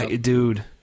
Dude